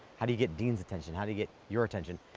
how do you get deans attention? how do you get your attention?